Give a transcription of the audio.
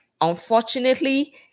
Unfortunately